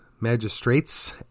magistrates